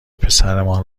پسرمان